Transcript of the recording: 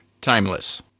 Timeless